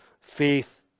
faith